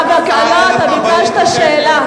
אתה ביקשת שאלה.